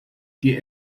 die